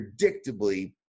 predictably